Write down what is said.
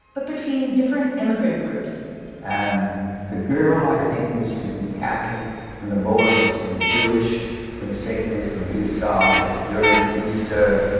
but between different immigrant groups and the girl, i think, was to be catholic and the boy was to be jewish. and it's take place on the east side during easter,